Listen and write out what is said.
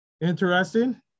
Interesting